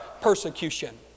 persecution